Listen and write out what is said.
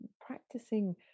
practicing